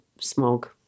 smog